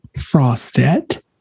frosted